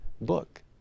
book